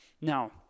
Now